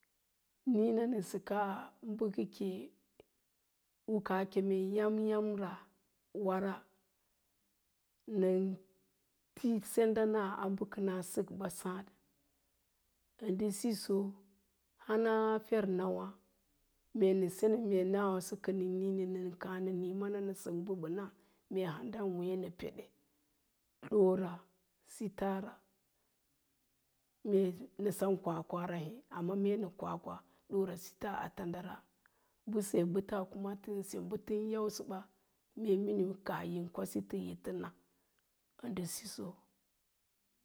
Niina nə səkaa bəkake u kaa keme nə yám yámrawara nən ti senda a bə kəna səkɓa sáád, ə ndə siso hana ferna wá mee nə senen mee nawaso kənə niinə, nən kan nənii sək mbəɓəna mee handa wéénə peɗe ɗoora sitara, mee nə sem kwakwara né, amma mee nə kwakwa ɗoora sita a tandara, mbəse ɓata kuma tən se bə tən yansəɓa me iniu kaah yin kwasitə yi tən neu ə nɗə siso